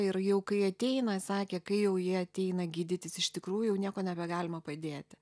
ir jau kai ateina sakė kai jau jie ateina gydytis iš tikrųjų jau nieko nebegalima padėti